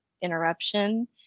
interruption